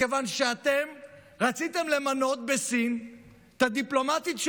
מכיוון שאתם רציתם למנות לדיפלומטית בסין,